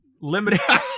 limited